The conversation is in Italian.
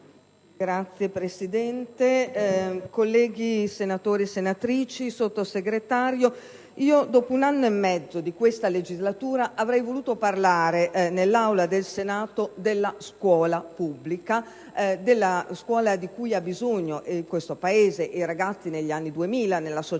Signor Presidente, onorevoli senatrici e senatori, signor Sottosegretario, dopo un anno e mezzo di questa legislatura avrei voluto parlare nell'Aula del Senato della scuola pubblica, della scuola di cui hanno bisogno questo Paese e i ragazzi negli anni 2000, nella società